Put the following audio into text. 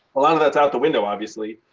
a lot of that's out the window, obviously.